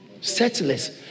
Settlers